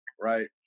right